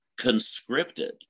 conscripted